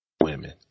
women